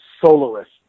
soloist